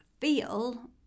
feel